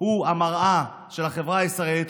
הוא המראה של החברה הישראלית,